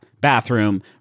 bathroom